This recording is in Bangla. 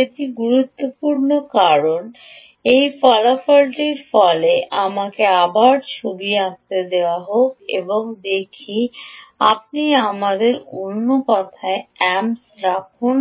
এটি গুরুত্বপূর্ণ কারণ এই ফলাফলটির ফলে আমাকে আবার ছবি আঁকতে দাও এবং দেখি আপনি আমাদের অন্য কথায় amps রাখুন